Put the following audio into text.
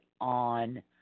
on